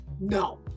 No